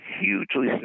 hugely